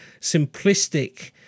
simplistic